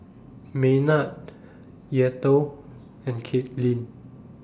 Maynard Eathel and Katlynn